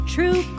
True